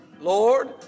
Lord